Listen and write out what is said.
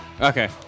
Okay